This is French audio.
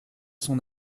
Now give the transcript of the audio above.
son